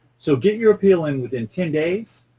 so get your appeal in within ten days